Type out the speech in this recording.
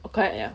oh correct ya